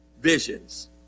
visions